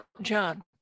john